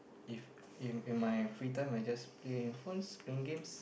if in in my free time I just play phones play games